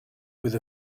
with